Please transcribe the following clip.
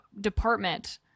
department